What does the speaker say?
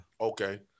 Okay